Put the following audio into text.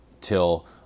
Till